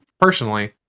personally